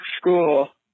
school